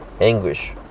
Anguish